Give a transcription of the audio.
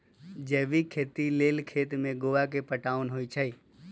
जैविक खेती लेल खेत में गोआ के पटाओंन होई छै